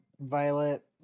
Violet